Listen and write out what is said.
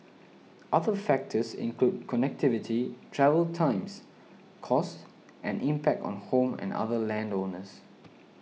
other factors include connectivity travel times costs and impact on home and other land owners